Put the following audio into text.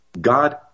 God